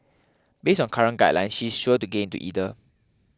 based on current guidelines she is sure to get into either